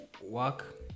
work